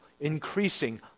increasing